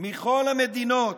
מכל המדינות